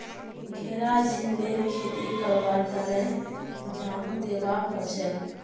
घेरा झिंगलीर खेती करवार तने झांग दिबा हछेक